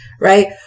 right